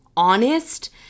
honest